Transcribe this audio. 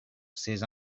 ces